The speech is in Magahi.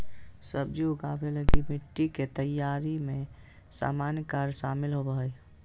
सब्जी उगाबे लगी मिटटी के तैयारी में सामान्य कार्य शामिल होबो हइ